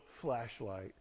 flashlight